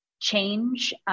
change